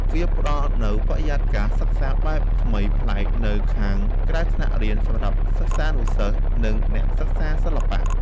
វាផ្ដល់នូវបរិយាកាសសិក្សាបែបថ្មីប្លែកនៅខាងក្រៅថ្នាក់រៀន សម្រាប់សិស្សានុសិស្ស និងអ្នកសិក្សាសិល្បៈ។